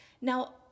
Now